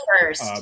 first